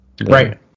Right